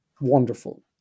wonderful